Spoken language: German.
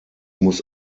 muss